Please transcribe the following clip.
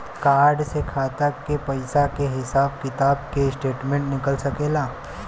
Card से खाता के पइसा के हिसाब किताब के स्टेटमेंट निकल सकेलऽ?